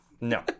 No